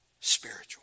spiritual